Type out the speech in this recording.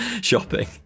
shopping